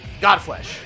Godflesh